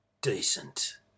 decent